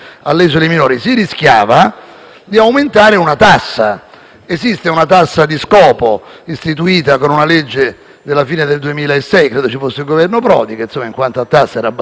di aumentare una tassa. Esiste una tassa di scopo, istituita con una legge della fine del 2006, quando credo ci fosse il Governo Prodi (che in quanto a tasse aveva una passione),